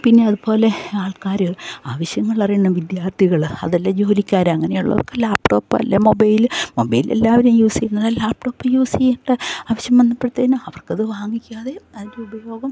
പിന്നെ അതുപോലെ ആൾക്കാർ ആവശ്യങ്ങൾ അറിയുന്ന വിദ്യാർത്ഥികൾ അതല്ലെങ്കിൽ ജോലിക്കാർ അങ്ങനെയുള്ളവർക്ക് ലാപ്ടോപ്പ് അല്ലെങ്കിൽ മൊബൈല് മൊബൈല് എല്ലാവരും യൂസ് ചെയ്യുന്നത് ലാപ്ടോപ്പ് യൂസ് ചെയ്യട്ടെ ആവശ്യം വന്നപ്പോഴത്തേനും അവർക്കത് വാങ്ങിക്കാതെ അതിൻ്റെ ഉപയോഗം